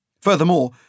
Furthermore